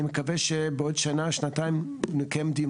אני מקווה שבעוד שנה שנתיים נקיים דיון